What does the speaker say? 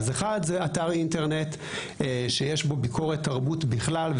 זהו אתר אינטרנט שיש בו ביקורת תרבות בכלל,